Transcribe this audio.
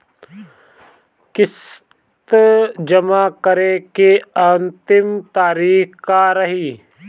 किस्त जमा करे के अंतिम तारीख का रही?